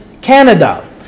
Canada